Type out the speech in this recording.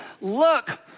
Look